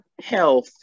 health